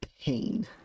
pain